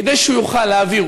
כדי שהוא יוכל להעביר,